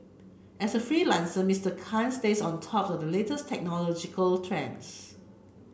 as a freelancer Mr Khan stays on top of the latest technological trends